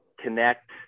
connect